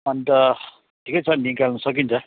अनि त ठिकै छ निकाल्नु सकिन्छ